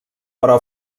però